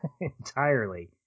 entirely